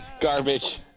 Garbage